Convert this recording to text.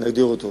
ונגדיר אותו.